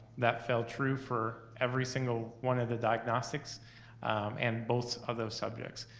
that fell true for every single one of the diagnostics and both of those subjects.